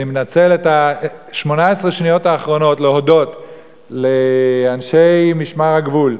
אני מנצל את 18 השניות האחרונות להודות לאנשי משמר הגבול,